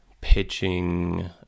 pitching